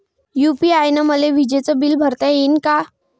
UPI न मले विजेचं बिल भरता यीन का?